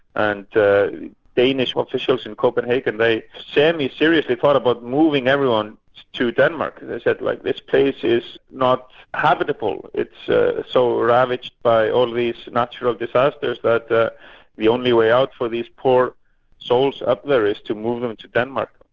and danish officials in copenhagen they semi-seriously thought about moving everyone to denmark. they said like this place is not habitable, it's ah so ravaged by all these natural disasters, that that the only way out for these poor souls up there is to move them to denmark.